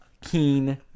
keen